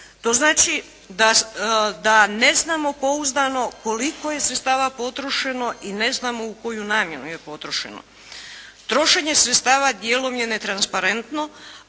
To znači da ne znamo pouzdano koliko je sredstava potrošeno i ne znamo u koju namjenu je potrošeno. Trošenje sredstava dijelom je netransparentno,